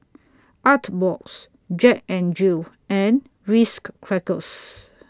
Artbox Jack N Jill and Risk Crackers